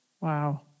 Wow